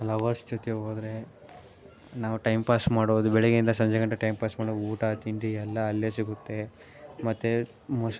lovers ಜೊತೆ ಹೋದರೆ ನಾವು ಟೈಮ್ ಪಾಸ್ ಮಾಡೋದು ಬೆಳಿಗ್ಗೆಯಿಂದ ಸಂಜೆಗಂಟ ಟೈಮ್ ಪಾಸ್ ಮಾಡ್ಬೋದು ಊಟ ತಿಂಡಿ ಎಲ್ಲ ಅಲ್ಲಿಯೇ ಸಿಗುತ್ತೆ ಮತ್ತು ಮೊಸ